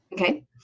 Okay